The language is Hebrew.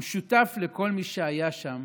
המשותף לכל מי שהיה שם